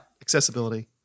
Accessibility